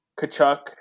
Kachuk